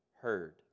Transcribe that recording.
heard